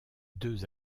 deux